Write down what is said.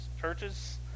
churches